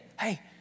Hey